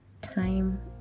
time